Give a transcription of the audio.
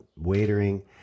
waitering